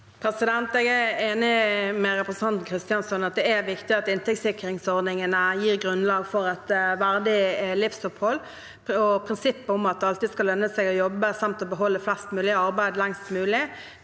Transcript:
Jeg er enig med representanten Kristjánsson i at det er viktig at inntektssikringsordningene gir grunnlag for et verdig livsopphold. Prinsippet om at det alltid skal lønne seg å jobbe, samt å beholde flest mulig i arbeid lengst mulig,